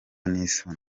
n’isoni